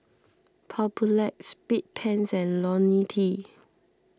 Papulex Bedpans and Ionil T